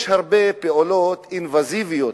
יש הרבה פעולות אינבזיביות,